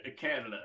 Canada